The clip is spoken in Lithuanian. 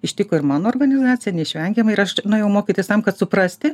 ištiko ir mano organizaciją neišvengiamai ir aš nuėjau mokytis tam kad suprasti